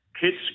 kids